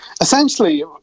Essentially